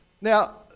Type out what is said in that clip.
Now